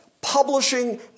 publishing